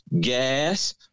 gas